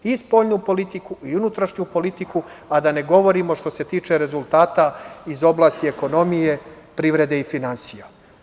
I spoljnu politiku i unutrašnju politiku, a da ne govorimo što se tiče rezultata iz oblasti ekonomije, privrede i finansija.